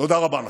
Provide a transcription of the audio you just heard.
תודה רבה לכם.